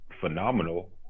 phenomenal